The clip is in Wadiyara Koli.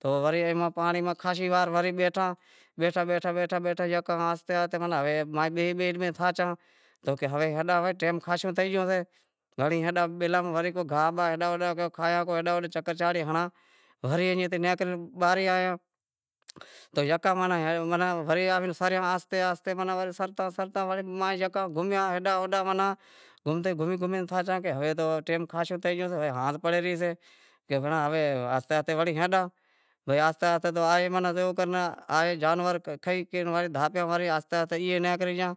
تو ورے پانڑی ماہ خاشی وار ورے بیٹھاں بیٹھا بیٹھا بیٹھا یکا آہستے آہستے کہ ہے بیہے بیہے ہمیں تھاچا آں تو ہوے ہلاں ٹیم خاشو تھئی گیو شے۔ گھنڑی بیلاں ماہ کو گاہ باہ کھائے بیلاں ماں چکر چانڑی ہنڑاںوری ایئں نیکری باہرے آیا تو یکا آئے ماناں سریا آہستے آہستے سرتا سرتا مائیں گھومیا ایڈاں اوڈاں گھمتے گھومی گھومی تھاچا کہ ہوے تو ٹیم خاشو تھئی گیو شے ہے رات پڑے رہی سے کہ ہوے ہے آہستے آہستے وڑے ہالاں تو آہستے آہستے ماناں آوے زیوو کر جانور کھائی کرے دھاپیا تو آہستے آہستے ای نیکری گیا۔